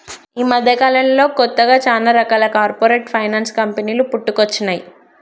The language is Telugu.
యీ మద్దెకాలంలో కొత్తగా చానా రకాల కార్పొరేట్ ఫైనాన్స్ కంపెనీలు పుట్టుకొచ్చినై